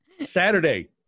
Saturday